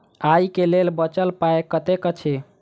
आइ केँ लेल बचल पाय कतेक अछि?